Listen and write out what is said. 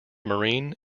marine